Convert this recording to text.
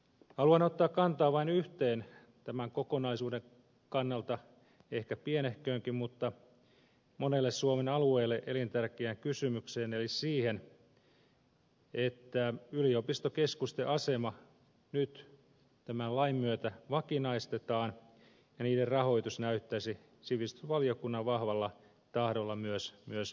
haluan ottaa kantaa vain yhteen tämän kokonaisuuden kannalta ehkä pienehköönkin mutta monelle suomen alueelle elintärkeään kysymykseen eli siihen että yliopistokeskusten asema nyt tämän lain myötä vakinaistetaan ja niiden rahoitus näyttäisi sivistysvaliokunnan vahvalla tahdolla myös varmistuvan